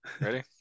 Ready